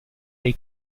dei